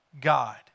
God